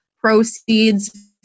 proceeds